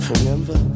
Remember